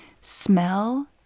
smell